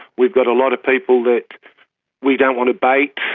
we've got a lot of people that we don't want to bait